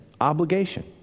obligation